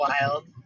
wild